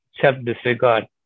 self-disregard